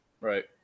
right